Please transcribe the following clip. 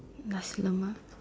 Nasi-Lemak